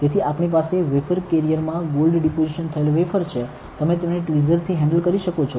તેથી આપણી પાસે વેફર કેરીઅરમાં ગોલ્ડમાં ડિપોઝિશન થયેલ વેફર છે તમે તેને ટ્વિઝર થી હેન્ડલ કરી શકો છો